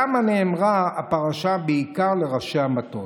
למה נאמרה הפרשה בעיקר לראשי המטות?